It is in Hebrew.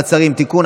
מעצרים) (תיקון,